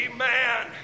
Amen